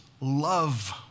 love